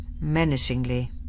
menacingly